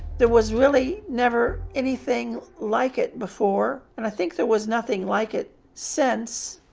there was really never anything like it before, and i think there was nothing like it since.